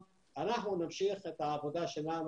אנחנו נעצור את הפינוי בגופנו,